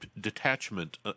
detachment